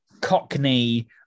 Cockney